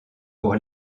pour